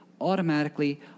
automatically